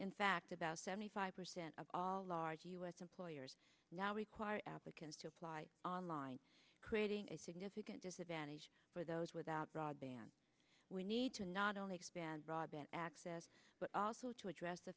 in fact about seventy five percent of all large u s employers now require applicants to apply online creating a significant disadvantage for those without broadband we need to not only expand broadband access but also to address the